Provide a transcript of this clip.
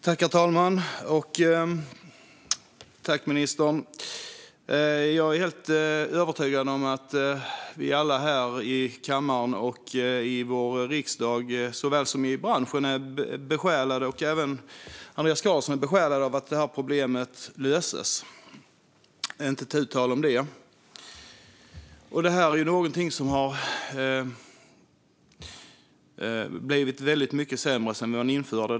Herr talman! Jag är helt övertygad om att vi här i kammaren såväl som vår riksdag och branschen är besjälade och att även Andreas Carlson är besjälad av att problemet löses, inte tu tal om det. Det har blivit mycket sämre sedan MPK infördes.